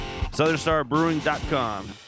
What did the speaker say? SouthernStarBrewing.com